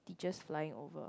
teachers flying over